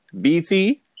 Bt